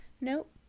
Nope